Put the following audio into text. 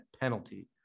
penalty